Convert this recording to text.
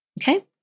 Okay